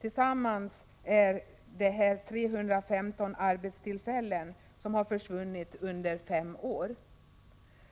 Tillsammans utgör detta 315 arbetstillfällen som har försvunnit under fem år.